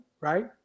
right